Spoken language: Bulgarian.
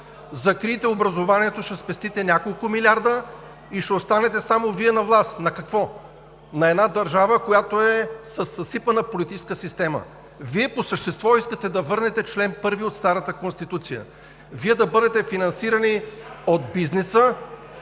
Закрийте образованието – ще спестите няколко милиарда! И ще останете само Вие на власт – на какво: на една държава, която е със съсипана политическа система! По същество искате да върнете чл. 1 от старата Конституция – Вие да бъдете финансирани от бизнеса,